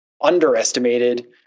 underestimated